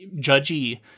judgy